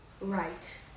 right